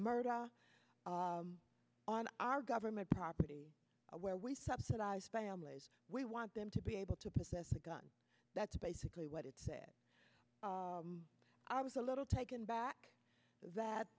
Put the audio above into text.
murder on our government property where we subsidize families we want them to be able to possess a gun that's basically what it said i was a little taken back that